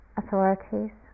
authorities